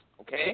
Okay